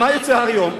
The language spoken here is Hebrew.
מה יוצא היום?